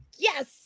Yes